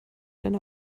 eine